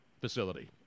facility